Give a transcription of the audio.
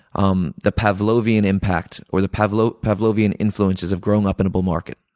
um the pavlovian impact, or the pavlovian pavlovian influences have grown up in a bull market.